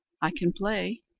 i can play,